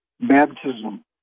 baptism